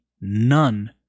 none